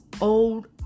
old